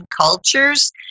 cultures